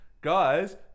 Guys